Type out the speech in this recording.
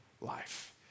life